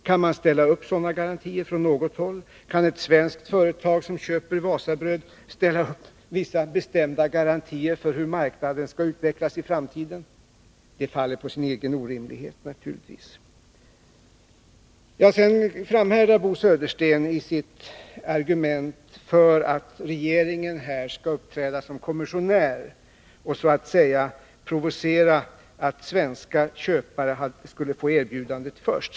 Kan man ställa upp sådana garantier från något håll? Skulle ett svenskt företag som köper Wasabröd kunna ge vissa bestämda garantier för hur marknaden skall utvecklas i framtiden? Det faller naturligtvis på sin egen orimlighet. Bo Södersten framhärdar i sitt argument för att regeringen här skulle uppträda som kommissionär och så att säga provocera fram att svenska köpare skulle få erbjudandet först.